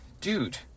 Dude